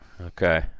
Okay